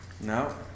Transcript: No